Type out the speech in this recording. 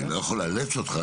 אני לא יכול לאלץ אותך,